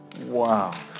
Wow